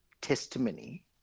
testimony